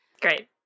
Great